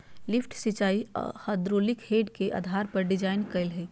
lift सिंचाई hydraulic head के आधार पर डिजाइन कइल हइ